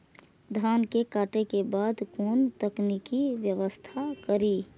धान के काटे के बाद कोन तकनीकी व्यवस्था करी?